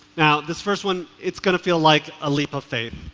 this first one, it's going to feel like a leap of faith,